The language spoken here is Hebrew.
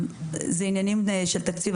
אלה עניינים של תקציב.